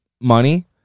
money